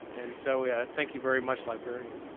and so we yeah thank you very much, librarians.